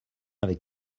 avec